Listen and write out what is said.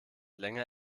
länger